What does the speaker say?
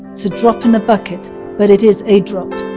it's a drop in a bucket but it is a drop